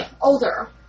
Older